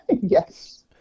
Yes